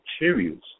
materials